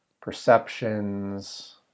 perceptions